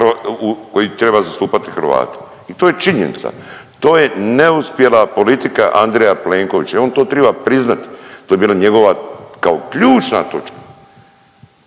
koji bi trebao zastupati Hrvate i to je činjenica. To je neuspjela politika Andreja Plenkovića i on to triba priznat, to je bila njegova kao ključna točka.